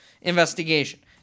investigation